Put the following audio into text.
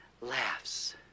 laughs